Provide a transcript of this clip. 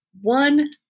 one